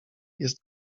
jest